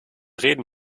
reden